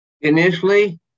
Initially